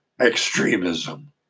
extremism